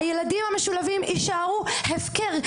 הילדים המשולבים יישארו הפקר.